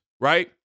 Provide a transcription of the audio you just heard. right